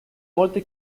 molte